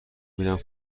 میرم